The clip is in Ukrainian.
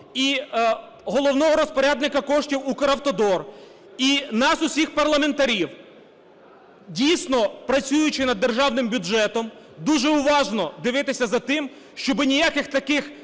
і головного розпорядника коштів "Укравтодор", і нас всіх парламентарів. Дійсно, працюючи над державним бюджетом, дуже уважно дивитися за тим, щоб ніяких таких